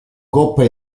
coppa